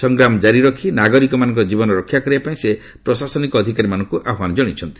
ସଂଗ୍ରାମ ଜାରି ରଖି ନାଗରିକମାନଙ୍କର ଜୀବନ ରକ୍ଷା କରିବା ପାଇଁ ସେ ପ୍ରଶାସନିକ ଅଧିକାରୀମାନଙ୍କୁ ଆହ୍ପାନ ଜଣାଇଛନ୍ତି